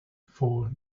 for